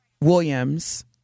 Williams